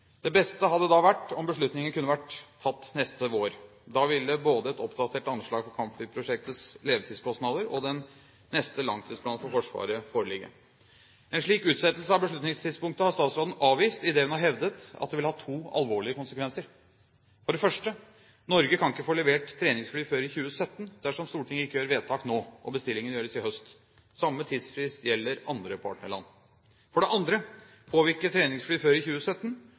Det beste hadde da vært om beslutningen kunne vært tatt neste vår. Da ville både et oppdatert anslag for kampflyprosjektets levetidskostnader og den neste langtidsplanen for Forsvaret foreligge. En slik utsettelse av beslutningstidspunktet har statsråden avvist, idet hun har hevdet at det ville ha to alvorlige konsekvenser. For det første: Norge kan ikke få levert treningsfly før i 2017, dersom Stortinget ikke gjør vedtak nå, og bestillingen gjøres i høst. Samme tidsfrist gjelder andre partnerland. For det andre: Får vi ikke treningsfly før i 2017,